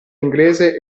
inglese